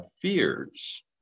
fears